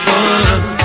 one